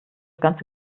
ganze